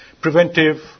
preventive